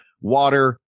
water